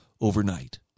overnight